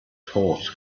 horse